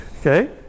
Okay